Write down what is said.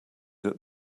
that